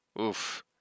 Oof